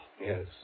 Yes